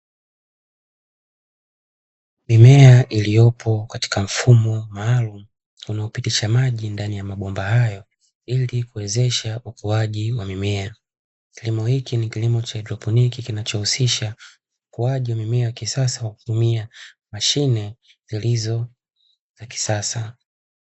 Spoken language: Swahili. Mimea iliyopo katika mfumo maalumu, unaopitisha maji ndani ya mabomba hayo ili kuwezesha ukuaji wa mimea. Kilimo hiki ni kilimo cha haidroponi kinachohusisha ukuaji wa mimea kwa njia ya kisasa.